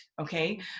Okay